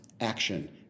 action